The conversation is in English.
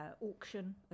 auction